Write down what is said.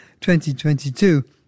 2022